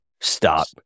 stop